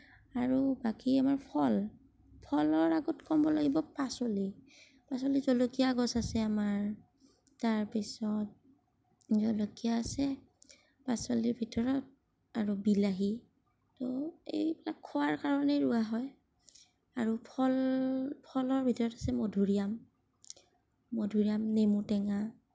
আৰু বাকী আমাৰ ফল ফলৰ আগত ক'ব লাগিব পাচলি পাচলি জলকীয়া গছ আছে আমাৰ তাৰপিছত জলকীয়া আছে পাচলিৰ ভিতৰত আৰু বিলাহী ত' এইবিলাক খোৱাৰ কাৰণেই ৰোৱা হয় আৰু ফল ফলৰ ভিতৰত আছে মধুৰীআম মধুৰীআম নেমুটেঙা